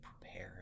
prepared